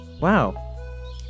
Wow